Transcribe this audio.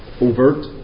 overt